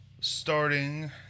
starting